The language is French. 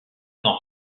sans